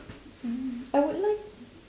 mm I would like